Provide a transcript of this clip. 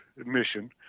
admission